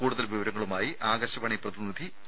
കൂടുതൽ വിവരങ്ങളുമായി ആകാശവാണി പ്രതിനിധി പി